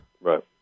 Right